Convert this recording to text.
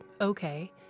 okay